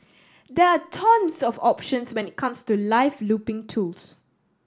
there are tons of options when it comes to live looping tools